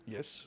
Yes